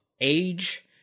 age